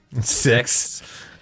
Six